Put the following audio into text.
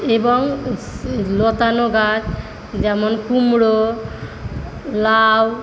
এবং সে লতানো গাছ যেমন কুমড়ো লাউ